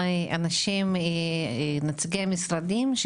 אולי שכשנציגי המשרדים ידברו,